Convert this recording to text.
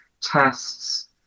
tests